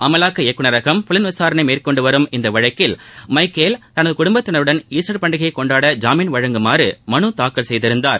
அமலாக்க இயக்குநரகம் புலன் விசாரணை மேற்கொண்டு வரும் இந்த வழக்கில் மைக்கேல் தனது குடும்பத்தினருடன் ஈஸ்டர் பண்டிகையை கொண்டாட ஜாமீன் வழங்குமாறு மனு தாக்கல் செய்திருந்தார்